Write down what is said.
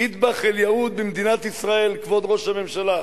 "אטבח אל-יהוד" במדינת ישראל, כבוד ראש הממשלה.